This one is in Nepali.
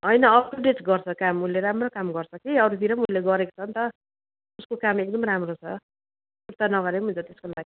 होइन अपटुडेट गर्छ काम उसले राम्रो काम गर्छ कि अरूतिर पनि उसले गरेको छ नि त उसको काम एकदम राम्रो छ सुर्ता नगरे पनि हुन्छ त्यसको लागि